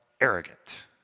arrogant